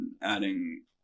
adding